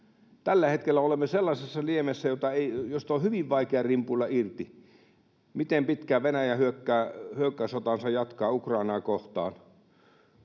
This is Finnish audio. Tällä hetkellä olemme sellaisessa liemessä, josta on hyvin vaikea rimpuilla irti: Miten pitkään Venäjä hyökkäyssotaansa jatkaa Ukrainaa kohtaan?